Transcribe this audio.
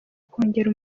kongera